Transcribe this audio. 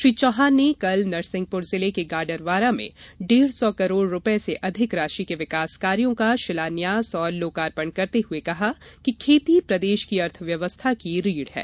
श्री चौहान ने कल नरसिंहपुर जिले के गाडरवारा में डेढ़ सौ करोड़ से अधिक की राशि के विकास कार्यो का शिलान्यास और लोकार्पण करते हुए कहा कि खेती प्रदेश की अर्थव्यवस्था की रीढ़ है